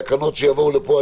התקנות שיבואו לפה,